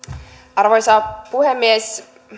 arvoisa puhemies